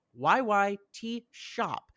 yytshop